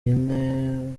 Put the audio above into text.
yine